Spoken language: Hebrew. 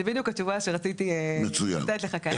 זו בדיוק התשובה שרציתי לתת לך כרגע.